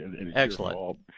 Excellent